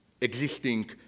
existing